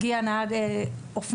הגיע נהג אופנוע,